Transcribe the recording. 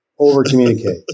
Overcommunicate